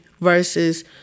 versus